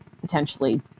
potentially